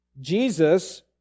Jesus